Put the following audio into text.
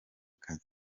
akazi